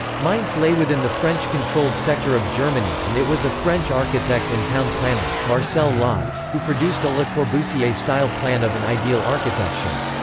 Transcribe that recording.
mainz lay within the french-controlled sector of germany and it was a french architect and town-planner, marcel lods, who produced a le corbusier-style plan of an ideal architecture.